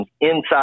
inside